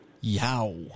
Yow